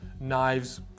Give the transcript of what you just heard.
knives